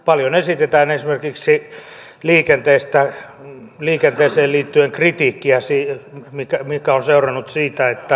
paljon esitetään esimerkiksi liikenteeseen liittyen kritiikkiä mikä on seurannut siitä että liikkuva poliisi lakkautettiin